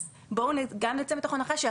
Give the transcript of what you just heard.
אז בואו גם נצא מתוך נקודת הנחה שגם